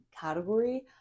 category